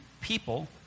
people